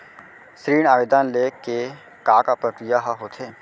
ऋण आवेदन ले के का का प्रक्रिया ह होथे?